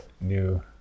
new